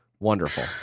Wonderful